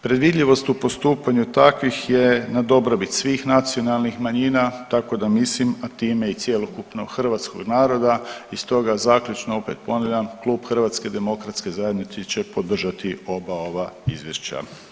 Predvidljivost u postupanju takvih je na dobrobit svih nacionalnih manjina tako da mislim, a time i cjelokupnog hrvatskog naroda i stoga zaključno opet ponavljam Klub HDZ-a će podržati ova izvješća.